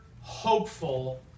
hopeful